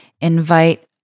Invite